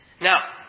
Now